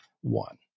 one